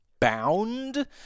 bound